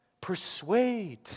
Persuade